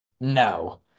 no